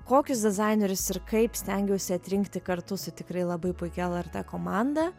kokius dizainerius ir kaip stengiausi atrinkti kartu su tikrai labai puikia lrt komanda